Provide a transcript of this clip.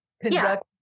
Conduct